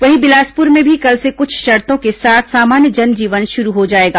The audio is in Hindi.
वहीं बिलासपुर में भी कल से कुछ शर्तों के साथ सामान्य जनजीवन शुरू हो जाएगा